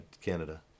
Canada